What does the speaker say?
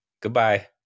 Goodbye